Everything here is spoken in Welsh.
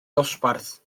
ddosbarth